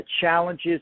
challenges